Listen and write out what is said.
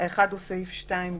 האחד הוא סעיף 2(ג),